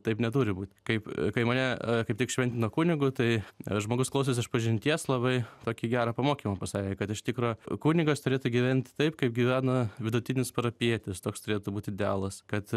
taip neturi būt kaip kai mane kaip tik šventino kunigu tai žmogus klausęs išpažinties labai tokį gerą pamokymą pasakė kad iš tikro kunigas turėtų gyvent taip kaip gyvena vidutinis parapietis toks turėtų būt idealas kad